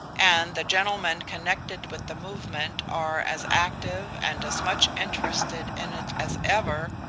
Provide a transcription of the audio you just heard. and the gentlemen connected with the movement are as active and as much interested in it as ever,